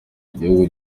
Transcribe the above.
igihugu